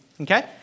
okay